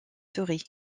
souris